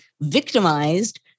victimized